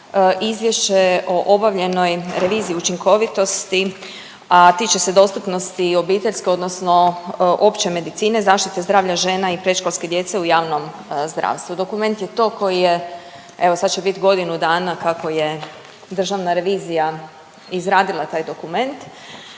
izvješće o obavljenoj reviziji učinkovitosti, a tiče se dostupnosti i obiteljske odnosno opće medicine, zaštite zdravlja žena i predškolske djece u javnom zdravstvu. Dokument je to koji je, evo sad će bit godinu dana kako je državna revizija izradila taj dokument